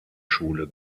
schule